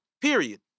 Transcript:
Period